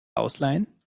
ausleihen